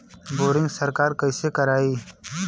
Boring सरकार कईसे करायी?